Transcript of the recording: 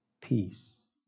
Peace